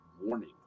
warning